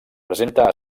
presenta